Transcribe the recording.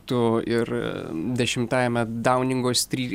tu ir dešimtajame dauningos stry